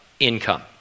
Income